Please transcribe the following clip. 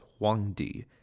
Huangdi